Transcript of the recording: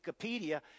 Wikipedia